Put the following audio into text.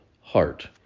heart